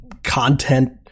content